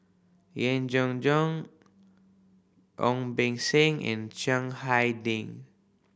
Yeen Jenn Jong Ong Beng Seng and Chiang Hai Ding